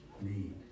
need